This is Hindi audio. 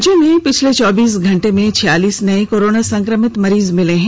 राज्य में पिछले चौबीस घंटे में छियालीस नये कोरोना संक्रमित मरीज मिले है